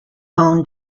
own